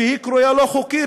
שהיא קרויה לא חוקית,